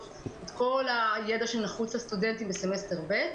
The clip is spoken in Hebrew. את כל הידע שנחוץ לסטודנטים בסמסטר ב',